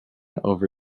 over